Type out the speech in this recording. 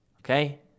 okay